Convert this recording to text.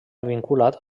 vinculat